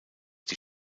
die